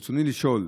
ברצוני לשאול: